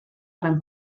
gran